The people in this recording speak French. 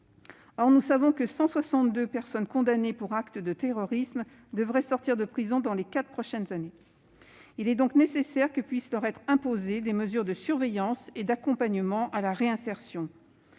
Or nous savons que 162 personnes condamnées pour actes de terrorisme devraient sortir de prison dans les quatre prochaines années. Il est donc nécessaire que puissent leur être imposées des mesures de surveillance et d'accompagnement à la réinsertion.